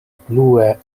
plue